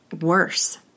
worse